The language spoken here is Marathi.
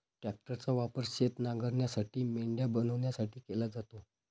ट्रॅक्टरचा वापर शेत नांगरण्यासाठी, मेंढ्या बनवण्यासाठी केला जातो